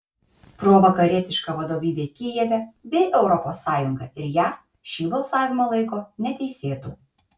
provakarietiška vadovybė kijeve bei europos sąjunga ir jav šį balsavimą laiko neteisėtu